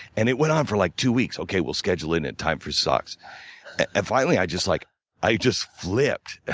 and it went on for like two weeks. okay, we'll schedule in a time for socks. and i finally i just like i just flipped.